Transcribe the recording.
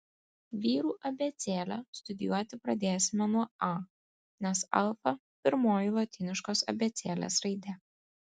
vyrų abėcėlę studijuoti pradėsime nuo a nes alfa pirmoji lotyniškos abėcėlės raidė